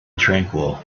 tranquil